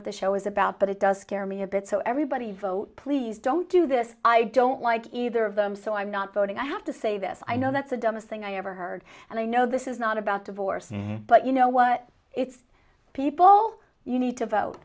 what the show is about but it does scare me a bit so everybody vote please don't do this i don't like either of them so i'm not voting i have to say this i know that's the dumbest thing i ever heard and i know this is not about divorce but you know what it's people you need to vote